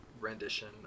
rendition